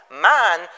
Man